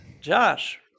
Josh